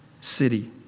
city